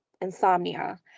insomnia